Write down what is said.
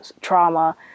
trauma